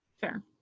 Fair